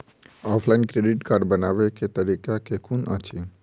Offline credit card बनाबै केँ तरीका केँ कुन अछि?